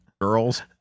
girls